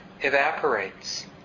evaporates